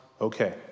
Okay